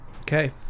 Okay